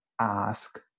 ask